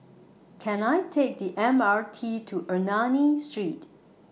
Can I Take The M R T to Ernani Street